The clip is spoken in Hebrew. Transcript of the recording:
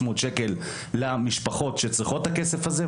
שקלים למשפחות שצריכות את הכסף הזה.